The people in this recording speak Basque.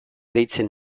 deitzen